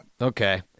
Okay